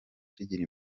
kigira